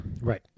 Right